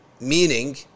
meaning